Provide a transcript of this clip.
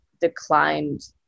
declined